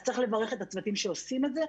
אז צריך לברך את הצוותים שעושים את זה,